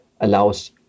allows